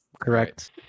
Correct